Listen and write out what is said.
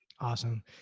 Awesome